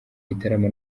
gitaramo